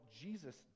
jesus